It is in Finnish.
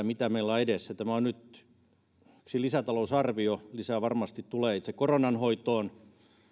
mitä meillä on edessä tämä on nyt yksi lisätalousarvio lisää varmasti tulee itse koronan hoitoon